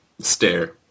stare